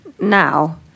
now